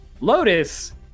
Lotus